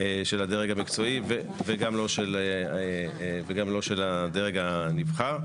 של הדרג המקצועי וגם לא של הדרג הנבחר,